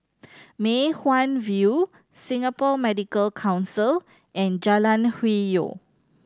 Mei Hwan View Singapore Medical Council and Jalan Hwi Yoh